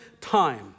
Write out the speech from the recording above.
time